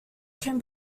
can